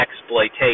exploitation